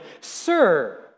Sir